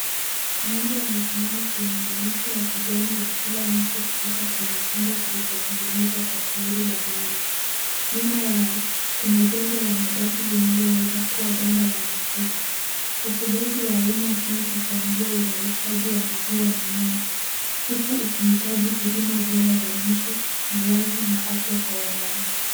Ng'ombe wamesimama kwenye malisho ya kijani wakila nyasi kutoka kwenye chombo kilichotengenezwa kwa tairi la gari. Nyuma yao kuna jengo la mabati linaloweza kuwa banda la mifugo. Ufugaji wa aina hii uchangia uzalishaji wa maziwa na nyama huku ukiitaji huduma bora za lishe , malazi na afya kwa wanyama.